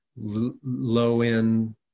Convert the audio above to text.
low-end